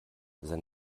sein